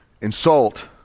insult